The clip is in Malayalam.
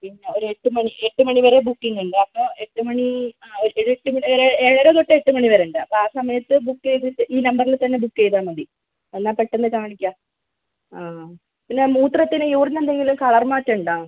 പിന്നെ ഒരു എട്ട് മണി എട്ട് മണി വരെ ബുക്കിംഗ് ഉണ്ട് അപ്പോൾ എട്ട് മണി ആ ഒരു എട്ട് മണി വരെ ഏഴര തൊട്ട് എട്ട് മണി വരെ ഉണ്ട് അപ്പോൾ ആ സമയത്ത് ബുക്ക് ചെയ്തിട്ട് ഈ നമ്പറിൽ തന്നെ ബുക്ക് ചെയ്താൽ മതി എന്നാൽ പെട്ടെന്ന് കാണിക്കാം ആ പിന്നെ മൂത്രത്തിന് യൂറിൻ എന്തെങ്കിലും കളർ മാറ്റം ഉണ്ടോ